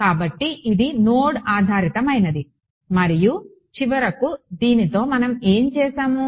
కాబట్టి ఇది నోడ్ ఆధారితమైనది మరియు చివరకు దీనితో మనం ఏమి చేసాము